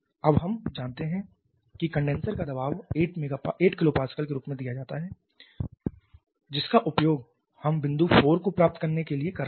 अब हम जानते हैं कि कंडेनसर का दबाव 8 kPa के रूप में दिया जाता है जिसका उपयोग हम बिंदु 4 को प्राप्त करने के लिए कर रहे हैं